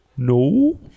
No